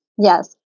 Yes